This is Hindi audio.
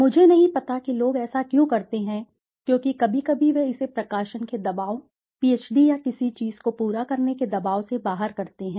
मुझे नहीं पता कि लोग ऐसा क्यों करते हैं क्योंकि कभी कभी वे इसे प्रकाशन के दबाव पीएचडी या किसी चीज़ को पूरा करने के दबाव से बाहर करते हैं